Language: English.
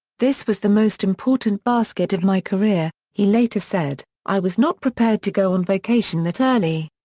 this was the most important basket of my career, he later said, i was not prepared to go on vacation that early.